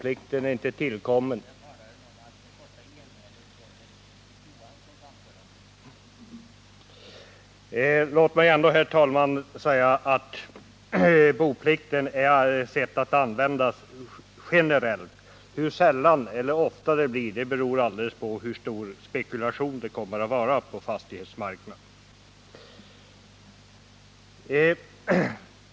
Låt mig ändå säga, herr talman, att boplikten är avsedd att användas generellt. Hur sällan eller ofta det blir beror alldeles på hur omfattande spekulationen kommer att vara på fastighetsmarknaden.